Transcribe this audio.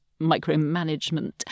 micromanagement